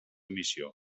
missió